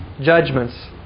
judgments